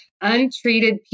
Untreated